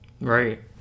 Right